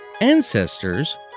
Ancestors